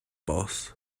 boss